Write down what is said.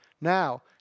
Now